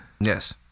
Yes